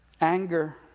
Anger